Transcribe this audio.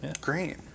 Great